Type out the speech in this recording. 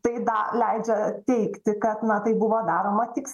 tai da leidžia teigti kad na tai buvo daroma tiks